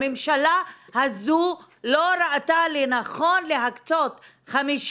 הממשלה הזו לא ראתה לנכון להקצות 50